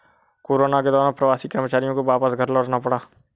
corona के दौरान प्रवासी कर्मचारियों को वापस घर लौटना पड़ा